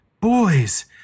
Boys